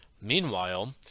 Meanwhile